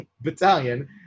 battalion